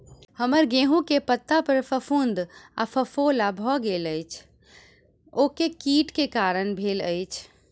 हम्मर गेंहूँ केँ पत्ता पर फफूंद आ फफोला भऽ गेल अछि, ओ केँ कीट केँ कारण भेल अछि?